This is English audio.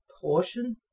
Portion